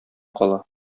кала